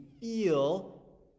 feel